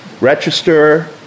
register